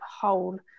whole